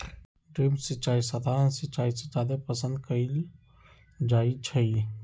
drip सिंचाई सधारण सिंचाई से जादे पसंद कएल जाई छई